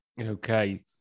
Okay